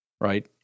right